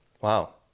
Wow